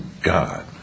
God